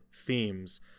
themes